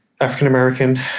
African-American